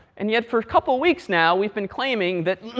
and yet, for a couple of weeks now we've been claiming that